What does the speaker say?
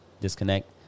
disconnect